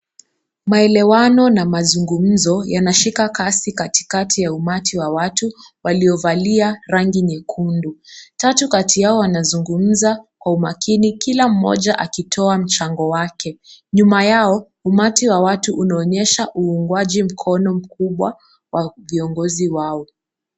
Maelewano na mazungumzo yanashika kasi katikati ya umati wa watu waliovalia rangi nyekundu. Tatu kati yao wanazungumza kwa umakini kila mmoja akitoa mchango wake. Nyuma yao umati wa watu unaonyesha uungaji mkono mkubwa wa viongozi wao.